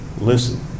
listen